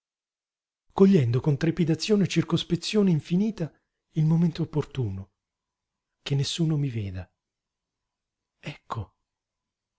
cogliendo con trepidazione e circospezione infinita il momento opportuno che nessuno mi veda ecco